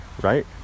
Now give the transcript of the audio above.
right